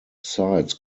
sides